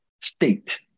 state